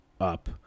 up